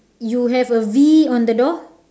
you have a V on the door